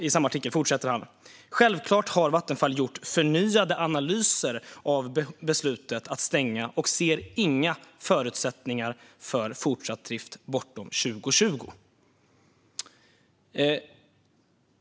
I samma artikel fortsätter han: "Självklart har Vattenfall gjort förnyade analyser av beslutet att stänga och ser inga förutsättningar för fortsatt drift bortom 2020."